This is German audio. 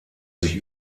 sich